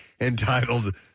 entitled